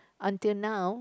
until now